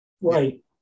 right